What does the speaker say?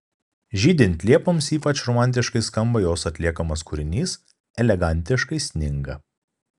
žydint liepoms ypač romantiškai skamba jos atliekamas kūrinys elegantiškai sninga